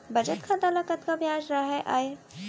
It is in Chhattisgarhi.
बचत खाता ल कतका ब्याज राहय आय?